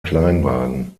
kleinwagen